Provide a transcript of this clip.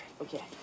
Okay